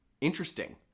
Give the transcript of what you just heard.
Interesting